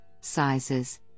sizes